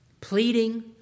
Pleading